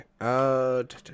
Okay